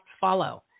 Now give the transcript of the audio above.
follow